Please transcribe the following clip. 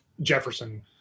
Jefferson